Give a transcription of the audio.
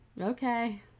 okay